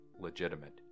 legitimate